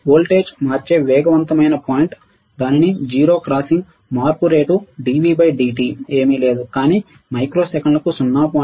voltage మార్చే వేగవంతమైన point దానిని 0 క్రాసింగ్ మార్పు రేటు dV dt ఏమీ లేదు కానీ మైక్రోసెకన్లకు 0